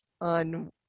on